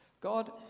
God